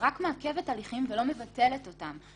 רק מעכבת הליכים ולא מבטלת אותם.